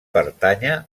pertànyer